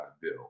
Bill